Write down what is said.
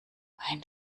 ein